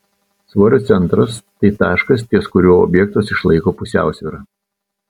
svorio centras tai taškas ties kuriuo objektas išlaiko pusiausvyrą